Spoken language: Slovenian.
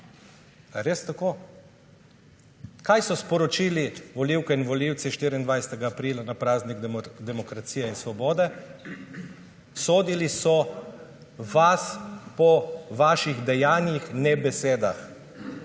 res tako? Kaj so sporočili volivke in volivci 24. aprila, na praznik demokracije in svobode? Sodili so vas po vaših dejanjih, ne besedah.